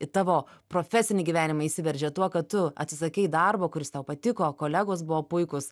į tavo profesinį gyvenimą įsiveržia tuo kad tu atsisakei darbo kuris tau patiko kolegos buvo puikūs